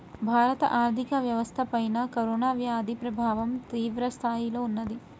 భారత ఆర్థిక వ్యవస్థపైన కరోనా వ్యాధి ప్రభావం తీవ్రస్థాయిలో ఉన్నది